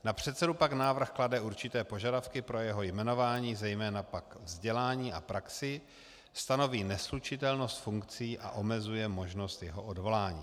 Na předsedu návrh pak klade určité požadavky pro jeho jmenování, zejména pak vzdělání a praxi, stanoví neslučitelnost funkcí a omezuje možnost jeho odvolání.